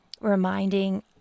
reminding